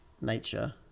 nature